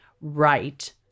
right